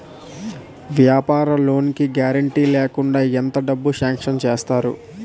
వ్యాపార లోన్ కి గారంటే లేకుండా ఎంత డబ్బులు సాంక్షన్ చేస్తారు?